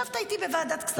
ישבת איתי בוועדת הכספים.